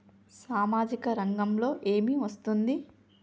సామాజిక రంగంలో ఏమి వస్తుంది?